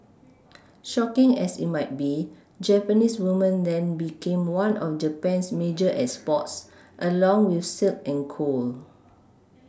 shocking as it might be Japanese women then became one of Japan's major exports along with silk and coal